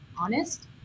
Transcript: honest